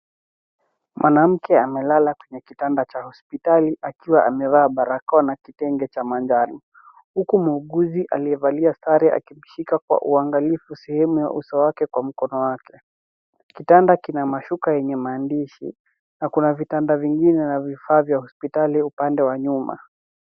Mwanamke amelala kwenye kitanda cha hospitali, akiwa amevaa barakoa na kitenge cha manjano. Muuguzi wake umevalia sare na anamshika kwa uangalifu kutumia mkono wake. Kitanda kina mashuka yenye maandishi, na kuna vitanda vingine pamoja na vifaa vya hospitali upande wa nyuma.